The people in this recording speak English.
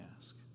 ask